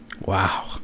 Wow